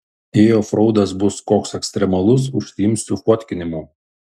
jei ofraudas bus koks ekstremalus užsiimsiu fotkinimu